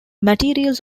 materials